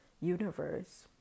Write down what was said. universe